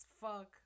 fuck